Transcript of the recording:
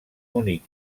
únic